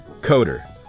coder